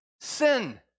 sin